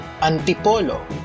Antipolo